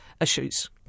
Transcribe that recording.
issues